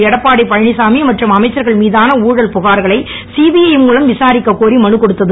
எடப்பாடியழனிச்சாமி மற்றும் அமைச்சர்கள் மீதான ஊழல் புகார்களை சிபிஐ மூலம் விசாரிக்கக் கோரி மனு கொடுத்தது